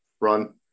run